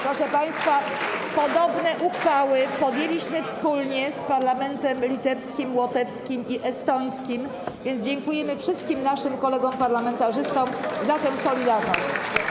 Proszę państwa, podobne uchwały podjęliśmy wspólnie z parlamentami litewskim, łotewskim i estońskim, więc dziękujemy wszystkim naszym kolegom parlamentarzystom za tę solidarność.